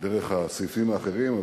דרך הסעיפים האחרים.